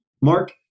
Mark